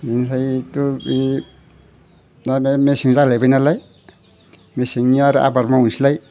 बिनिफ्रायथ' बे माहोनो मेसें जालायबायनालाय मेसेंनि आर आबाद मावनोसैलाय